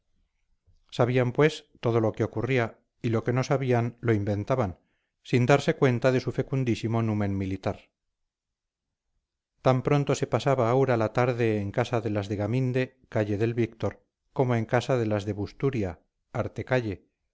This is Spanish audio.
sabían pues todo lo que ocurría y lo que no sabían lo inventaban sin darse cuenta de su fecundísimo numen militar tan pronto se pasaba aura la tarde en casa de las de gaminde calle del víctor como en casa de las de